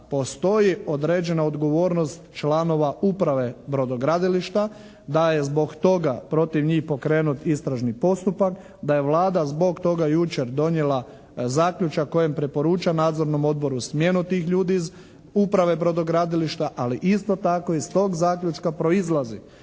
postoji određena odgovornost članova uprave brodogradilišta, da je zbog toga protiv njih pokrenut istražni postupak, da je Vlada zbog toga jučer donijela zaključak kojim preporuča nadzornom odboru smjenu tih ljudi iz uprave brodogradilišta, ali isto tako iz tog zaključka proizlazi